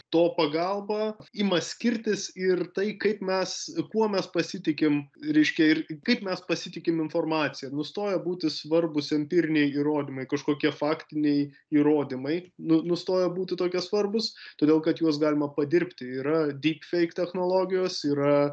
to pagalba ima skirtis ir tai kaip mes kuo mes pasitikim reiškia ir kaip mes pasitikim informacija nustoja būti svarbūs empiriniai įrodymai kažkokie faktiniai įrodymai nu nustoja būti tokie svarbūs todėl kad juos galima padirbti yra dypfeik technologijos yra